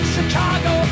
Chicago